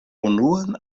unuan